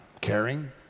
caring